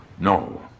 No